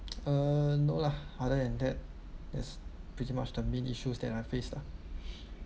uh no lah other than that that's pretty much the main issues that I face lah